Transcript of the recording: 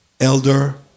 elder